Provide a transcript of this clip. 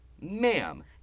Ma'am